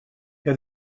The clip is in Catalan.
que